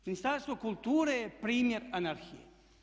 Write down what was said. Ministarstvo kulture je primjer anarhije.